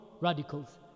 radicals